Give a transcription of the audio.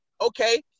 okay